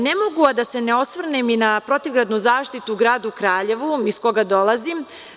Ne mogu, a da se ne osvrnem i na protivgradnu zaštitu u Gradu Kraljevu iz koga dolazim.